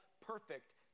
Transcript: perfect